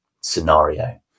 scenario